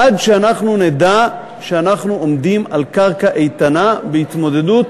עד שאנחנו נדע שאנחנו עומדים על קרקע איתנה בהתמודדות